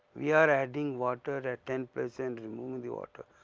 we are adding water at ten percent removing the water.